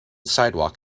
sidewalk